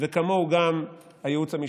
וכמוהו גם הייעוץ המשפטי.